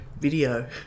video